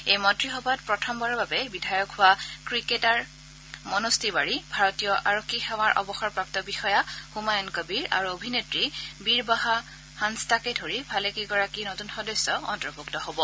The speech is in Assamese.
এই মন্ত্ৰীসভাত প্ৰথমবাৰৰ বাবে বিধায়ক হোৱা ক্ৰিকেট খেলুৱৈ মনোজ তিৱাৰী ভাৰতীয় আৰক্ষী সেৱাৰ অৱসৰী বিষয়া হুমায়ন কবীৰ আৰু অভিনেত্ৰী বিৰবাহা হান্সদাকে ধৰি ভালেকেইগৰাকী নতুন সদস্য অন্তৰ্ভুক্ত হব